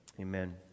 Amen